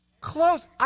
Close